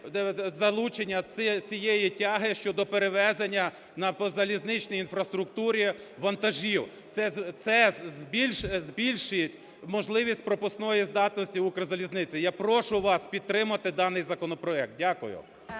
залучення цієї тяги щодо перевезення на залізничній інфраструктурі вантажів. Це збільшить можливість пропускної здатності в "Укрзалізниці". Я прошу вас підтримати даний законопроект. Дякую.